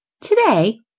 Today